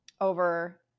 over